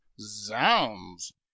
zounds